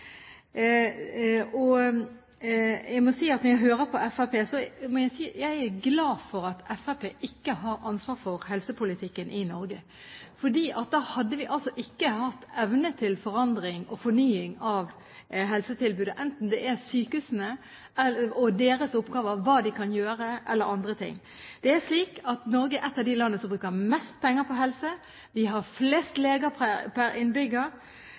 helse. Jeg må si at når jeg hører på Fremskrittspartiet, er jeg glad for at Fremskrittspartiet ikke har ansvar for helsepolitikken i Norge, for da hadde vi ikke hatt evne til forandring og fornying av helsetilbudet, enten det gjelder sykehusene og deres oppgaver – hva de kan gjøre – eller andre ting. Norge er et av de landene som bruker mest penger på helse. Vi har flest leger per innbygger.